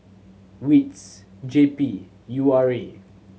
wits J P and U R A